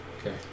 Okay